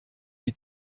die